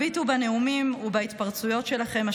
הביטו בנאומים ובהתפרצויות שלכם,